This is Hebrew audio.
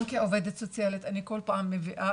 גם כעובדת סוציאלית אני כל פעם מביאה,